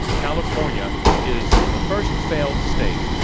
california is the first failed state.